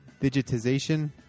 digitization